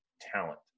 talent